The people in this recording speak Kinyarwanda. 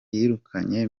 yirukanye